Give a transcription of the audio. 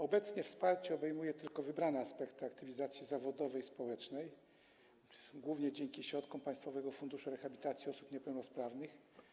Obecnie wsparcie obejmuje tylko wybrane aspekty aktywizacji zawodowej i społecznej, głównie dzięki środkom Państwowego Funduszu Rehabilitacji Osób Niepełnosprawnych.